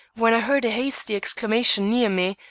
when i heard a hasty exclamation near me,